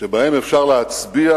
שבהם אפשר להצביע